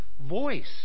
Voice